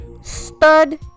stud